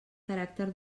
caràcter